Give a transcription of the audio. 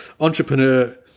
entrepreneur